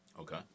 Okay